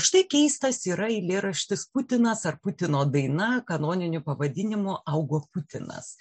štai keistas yra eilėraštis putinas ar putino daina kanoniniu pavadinimu augo putinas